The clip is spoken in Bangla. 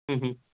হুম হুম